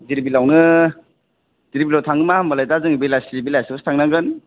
डिरबिल आवनो दिरबिल आव थाङो बा जों दा बेलासि बेलासिआवसो थांनांगोन